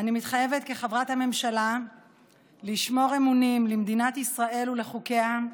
מתחייבת כחברת הממשלה לשמור אמונים למדינת ישראל ולחוקיה,